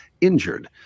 injured